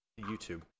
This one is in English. YouTube